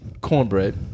cornbread